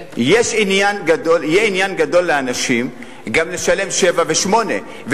יהיה עניין גדול לאנשים גם לשלם 7,000 ו-8,000.